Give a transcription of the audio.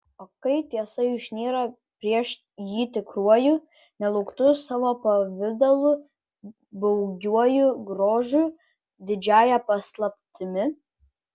o kai tiesa išnyra prieš jį tikruoju nelauktu savo pavidalu baugiuoju grožiu didžiąja paslaptimi